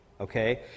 okay